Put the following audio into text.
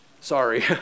Sorry